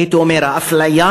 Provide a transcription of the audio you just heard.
הייתי אומר, האפליה